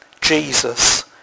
Jesus